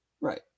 Right